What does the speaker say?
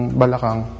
balakang